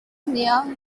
near